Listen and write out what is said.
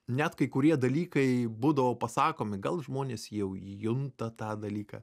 net kai kurie dalykai būdavo pasakomi gal žmonės jau jį junta tą dalyką